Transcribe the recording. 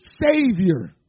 savior